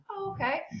okay